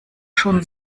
schon